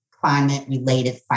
climate-related